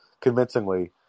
convincingly